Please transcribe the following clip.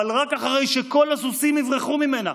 אבל רק אחרי שכל הסוסים יברחו ממנה.